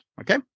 Okay